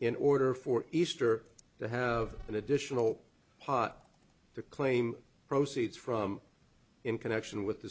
in order for easter to have an additional pot the claim proceeds from in connection with the